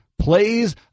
plays